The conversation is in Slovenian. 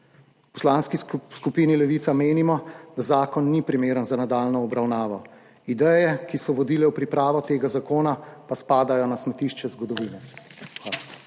V Poslanski skupini Levica menimo, da zakon ni primeren za nadaljnjo obravnavo, ideje, ki so vodile v pripravo tega zakona, pa spadajo na smetišče zgodovine.